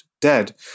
dead